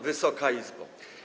Wysoka Izbo!